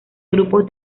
grupos